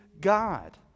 God